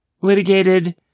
litigated